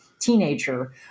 teenager